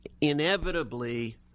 inevitably